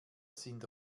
sind